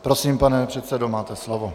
Prosím, pane předsedo, máte slovo.